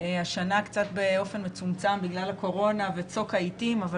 השנה קצת באופן מצומצם בגלל הקורונה וצוק העתים אבל